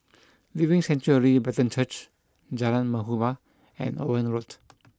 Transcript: Living Sanctuary Brethren Church Jalan Muhibbah and Owen Road